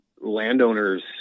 landowners